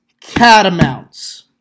Catamounts